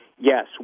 yes